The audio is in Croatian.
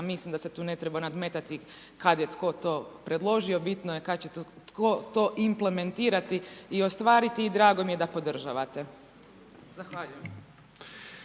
a mislim da se tu ne treba nadmetati kad je tko to predložio. Bitno je kad će tko to implementirati i ostvariti i drago mi je da podržavate. Zahvaljujem.